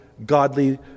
godly